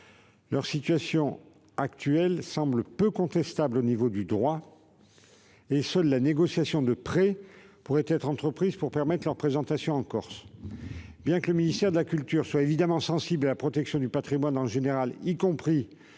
leur situation actuelle semble peu contestable en droit et seule la négociation de prêts pourrait être entreprise pour permettre leur présentation en Corse. Bien que le ministère de la culture soit évidemment sensible à la protection du patrimoine en général, y compris